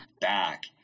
back